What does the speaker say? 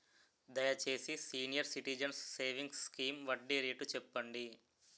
దయచేసి senior citizens savings scheme వడ్డీ rate చెప్పండి